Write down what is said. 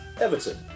Everton